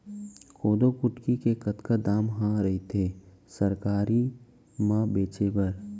कोदो कुटकी के कतका दाम ह रइथे सरकारी म बेचे बर?